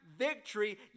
Victory